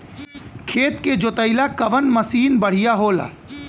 खेत के जोतईला कवन मसीन बढ़ियां होला?